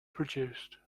produced